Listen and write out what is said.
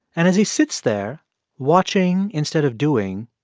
and as he sits there watching instead of doing,